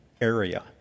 area